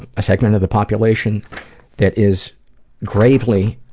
a segment of the population that is gravely,